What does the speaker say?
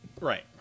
Right